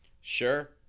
Sure